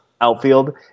outfield